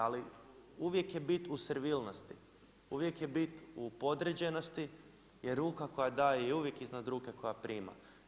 Ali uvijek je bit u servilnosti, uvijek je bit u podređenosti, jer ruka koja daje je uvijek iznad ruke koja prima.